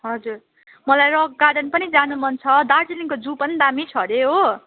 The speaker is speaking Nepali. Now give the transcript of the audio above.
हजुर मलाई रक गार्डन पनि जानु मन छ दार्जिलिङको जू पनि दामी छ हरे हो